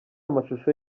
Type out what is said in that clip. amashusho